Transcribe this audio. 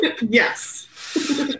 Yes